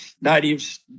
Natives